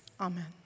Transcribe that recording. Amen